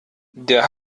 der